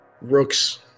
Rook's